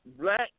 black